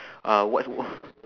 uh what's w~